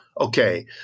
Okay